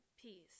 Peace